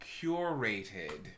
curated